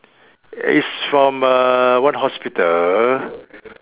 is from uh what hospital